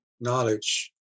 knowledge